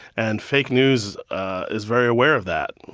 and fake news ah is very aware of that,